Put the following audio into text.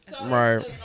Right